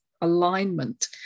alignment